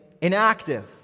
inactive